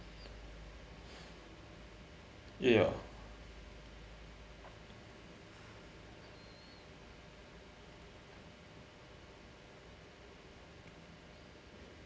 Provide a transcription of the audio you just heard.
ya